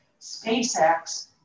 SpaceX